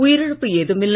உயிரிழப்பு ஏதுமில்லை